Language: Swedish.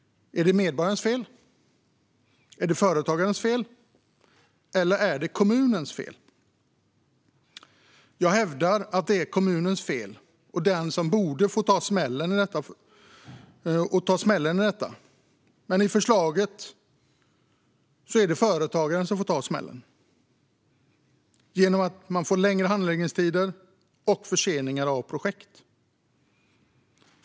Är det medborgarens fel? Är det företagarens fel? Eller är det kommunens fel? Jag hävdar att det är kommunens fel, och att kommunen borde få ta smällen. Men genom det här förslaget blir det företagaren som får ta smällen, genom att det blir längre handläggningstider och förseningar av projekt.